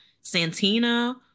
santina